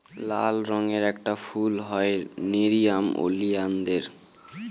লাল রঙের একটি ফুল হয় নেরিয়াম ওলিয়ানদের